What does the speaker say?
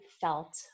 felt